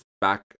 back